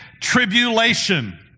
tribulation